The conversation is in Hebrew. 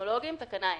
הסיפה: